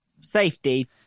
Safety